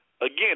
again